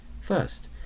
First